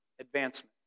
advancement